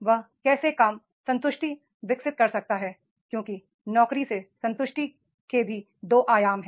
वह कैसे काम संतुष्टि विकसित कर सकता है क्योंकि नौकरी से संतुष्टि के भी दो आयाम है